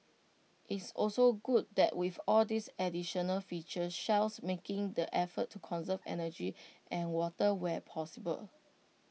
it's also good that with all these additional features Shell's making the effort to conserve energy and water where possible